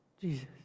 Jesus